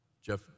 Jeff